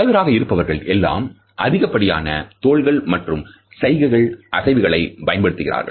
தலைவராக இருப்பவர்கள் எல்லாம் அதிகப்படியான தோள்கள் மற்றும் கைகள் அசைவுகளை பயன்படுத்துகிறார்கள்